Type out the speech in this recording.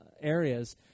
areas